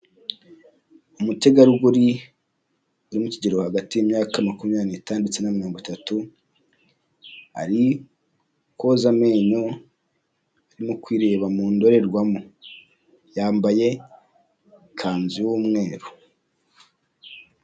Umutegarugori uri mu kigero hagati y'imyaka makumyabiri n'itanu ndetse na mirongo itatu, ari koza amenyo, arimo kwireba mu ndorerwamo. Yambaye ikanzu y'umweru.